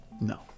No